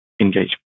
engagement